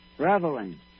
reveling